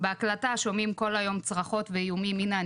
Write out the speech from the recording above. בהקלטה שומעים כל היום צרחות ואיומים 'הנה,